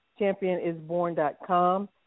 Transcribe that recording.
championisborn.com